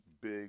big